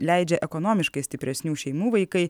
leidžia ekonomiškai stipresnių šeimų vaikai